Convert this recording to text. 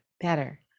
better